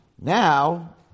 Now